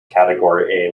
category